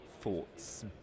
thoughts